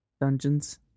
Dungeons